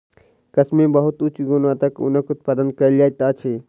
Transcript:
कश्मीर मे बहुत उच्च गुणवत्ता के ऊनक उत्पादन कयल जाइत अछि